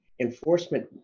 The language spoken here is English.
enforcement